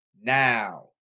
now